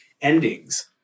Endings